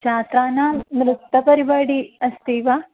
छात्राणां नृत्यपरिवाडि अस्ति वा